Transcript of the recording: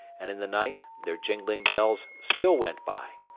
and in the night their jingling bells still went by.